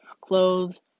clothes